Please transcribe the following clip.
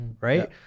right